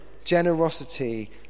generosity